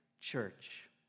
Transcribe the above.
church